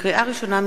לקריאה ראשונה,